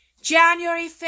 January